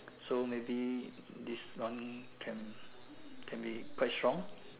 so maybe this one can can be quite strong